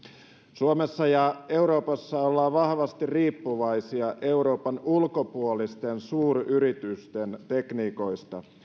suomessa ja euroopassa ollaan vahvasti riippuvaisia euroopan ulkopuolisten suuryritysten tekniikoista